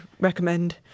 recommend